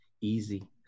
easy